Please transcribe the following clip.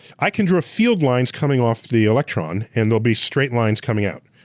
i can draw field lines coming off the electron and they'll be straight lines coming out.